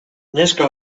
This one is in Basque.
neska